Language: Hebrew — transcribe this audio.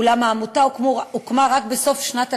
אולם העמותה הוקמה רק בסוף שנת 2014,